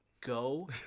go